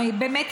הרי באמת,